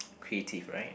creative right